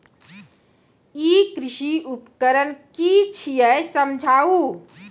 ई कृषि उपकरण कि छियै समझाऊ?